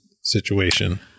situation